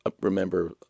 remember